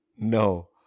No